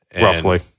Roughly